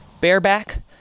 bareback